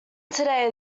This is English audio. today